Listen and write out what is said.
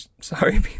sorry